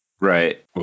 right